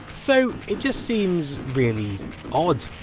so it just seems, really ah